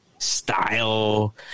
style